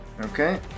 Okay